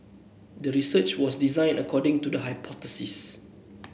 the research was designed according to the hypothesis